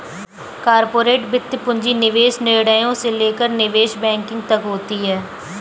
corporate वित्त पूंजी निवेश निर्णयों से लेकर निवेश बैंकिंग तक होती हैं